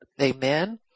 Amen